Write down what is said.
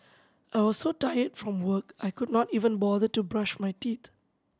I was so tired from work I could not even bother to brush my teeth